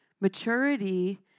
Maturity